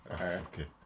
Okay